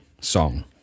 song